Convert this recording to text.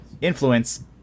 influence